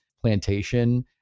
plantation